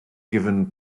given